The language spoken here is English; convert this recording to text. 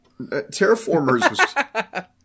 Terraformers